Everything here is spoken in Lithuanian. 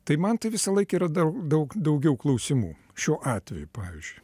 tai man tai visąlaik yra daug daug daugiau klausimų šiuo atveju pavyzdžiui